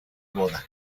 boda